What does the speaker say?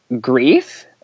grief